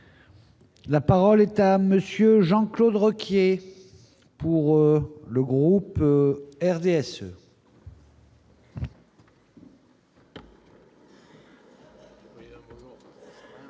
La parole est à monsieur Jean-Claude Requier pour le groupe RDSE.